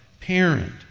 parent